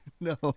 No